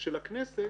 של הכנסת